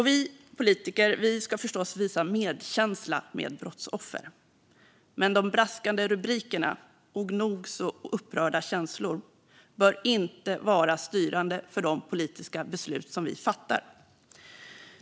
Vi politiker ska förstås visa medkänsla med brottsoffer, men braskande rubriker och nog så upprörda känslor bör inte vara styrande för de politiska beslut vi fattar.